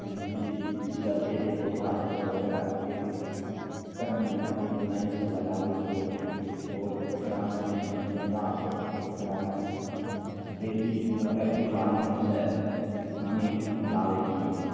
लिच्ची ई सबके जे पौधा छै तऽ ओकरा एक क्रममे एक लाइनसे लगाबै छिए आओर ओकरामे मेहनति जादा छै ओकरामे डेली मोटरके माध्यमसे पानि डालै छिए